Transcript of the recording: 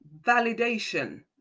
validation